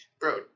bro